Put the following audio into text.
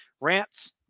rants